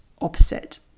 opposite